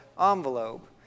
envelope